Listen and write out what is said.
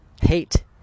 Hate